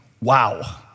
wow